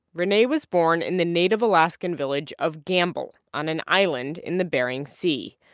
rene was born in the native alaskan village of gambell on an island in the bering sea.